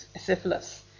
syphilis